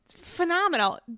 phenomenal